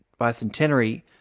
bicentenary